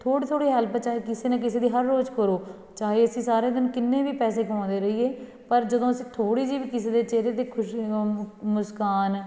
ਥੋੜ੍ਹੇ ਥੋੜ੍ਹੇ ਹੈਲਪ ਚਾਹੇ ਕਿਸੇ ਨਾ ਕਿਸੇ ਦੀ ਹਰ ਰੋਜ਼ ਕਰੋ ਚਾਹੇ ਅਸੀਂ ਸਾਰੇ ਦਿਨ ਕਿੰਨੇ ਵੀ ਪੈਸੇ ਕਮਾਉਂਦੇ ਰਹੀਏ ਪਰ ਜਦੋਂ ਅਸੀਂ ਥੋੜ੍ਹੀ ਜਿਹੀ ਵੀ ਕਿਸੇ ਦੇ ਚਿਹਰੇ 'ਤੇ ਖੁਸ਼ੀ ਮੁਸਕਾਨ